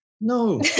No